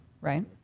Right